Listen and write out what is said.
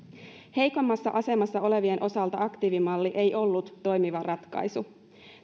heikoimmassa asemassa olevien osalta aktiivimalli ei ollut toimiva ratkaisu